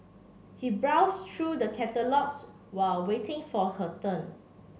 he browsed through the catalogues while waiting for her turn